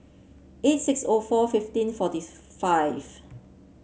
eight six O four fifteen forty five